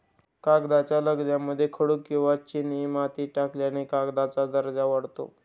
कागदाच्या लगद्यामध्ये खडू किंवा चिनीमाती टाकल्याने कागदाचा दर्जा वाढतो